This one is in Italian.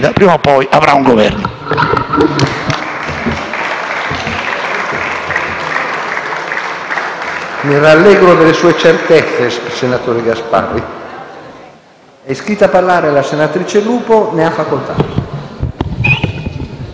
prima o poi avrà un Governo.